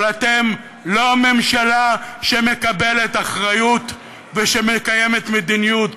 אבל אתם לא ממשלה שמקבלת אחריות ושמקיימת מדיניות.